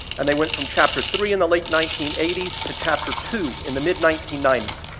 and they went from chapter three in the late nineteen eighty s to chapter two in the mid nineteen ninety s.